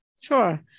Sure